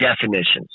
definitions